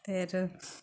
फिर